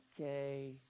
okay